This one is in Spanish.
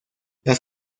las